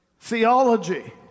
Theology